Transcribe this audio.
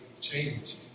change